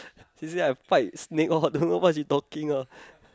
she said I fight snake all don't know what she talking ah